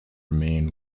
remain